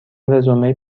رزومه